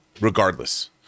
regardless